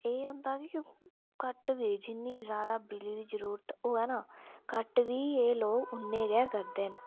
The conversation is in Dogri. एह् होंदा कि घट्ट बेचनी ज्यादा बिजली दी ज़रूरत होऐ ना कट बी ऐ लोग उन्ने गै करदे न